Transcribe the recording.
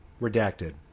Redacted